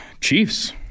Chiefs